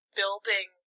building